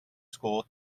school